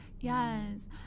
Yes